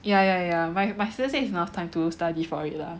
yeah yeah yeah my my sister say is enough time to study for it lah